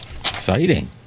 Exciting